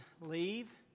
leave